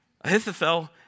Ahithophel